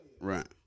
Right